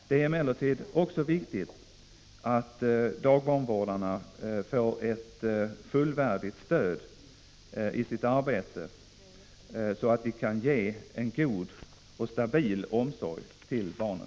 Det är emellertid också viktigt att dagbarnvårdarna får ett fullvärdigt stöd i sitt arbete, så att de kan ge en god och stabil omsorg till barnen.